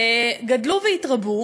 גדלו והתרבו.